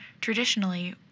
Traditionally